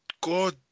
God